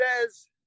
says